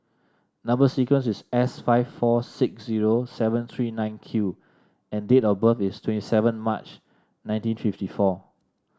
number sequence is S five four six zero seven three nine Q and date of birth is twenty seven March nineteen fifty four